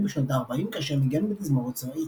בשנות הארבעים כאשר ניגן בתזמורת צבאית.